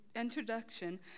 introduction